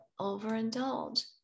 overindulge